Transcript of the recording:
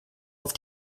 auf